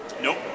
Nope